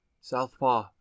Southpaw